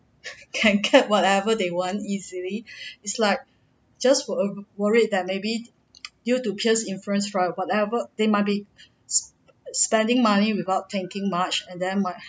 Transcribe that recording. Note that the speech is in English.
can get whatever they want easily is like just wo~ worried that maybe due to peers influence right whatever they might be spending money without thinking much and then might